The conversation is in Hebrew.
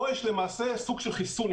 פה יש למעשה סוג של חיסון,